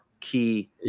key